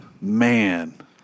Man